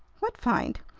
what find?